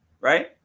right